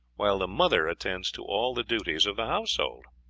while the mother attends to all the duties of the household.